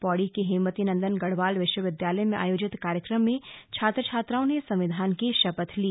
पौड़ी के हेमवती नंदन गढ़वाल विश्वविद्यालय में आयोजित कार्यक्रम में छात्र छात्राओं ने संविधान की शपथ ली